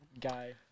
Guy